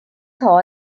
hall